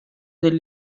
del